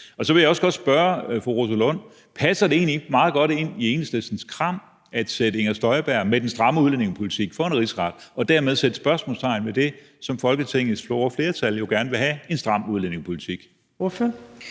sag? Så vil jeg også godt spørge fru Rosa Lund: Passer det egentlig ikke meget godt i Enhedslistens kram at sætte Inger Støjberg med den stramme udlændingepolitik for en rigsret og dermed sætte spørgsmålstegn ved det, som et stort flertal i Folketinget jo gerne vil have, nemlig en stram udlændingepolitik? Kl.